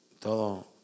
Todo